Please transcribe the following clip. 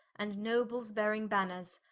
and nobles bearing banners,